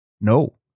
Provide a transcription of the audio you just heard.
No